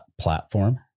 platform